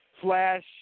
Flash